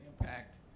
impact